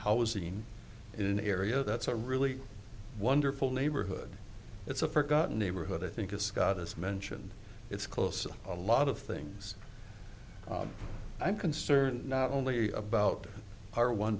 housing in an area that's a really wonderful neighborhood it's a forgotten neighborhood i think it's got as mentioned it's close a lot of things i'm concerned not only about our one